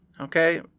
okay